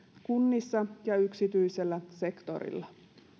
kunnissa ja yksityisellä sektorilla